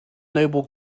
noble